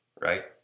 right